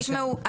אז תשמעו,